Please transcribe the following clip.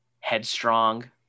headstrong